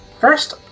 First